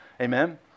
Amen